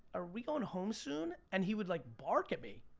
are we going home soon? and he would like bark at me.